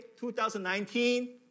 2019